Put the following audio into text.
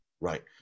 Right